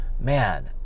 man